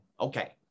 Okay